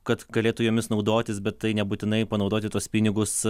kad galėtų jomis naudotis bet tai nebūtinai panaudoti tuos pinigus